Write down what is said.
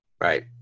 right